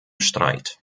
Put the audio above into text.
streit